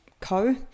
Co